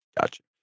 Gotcha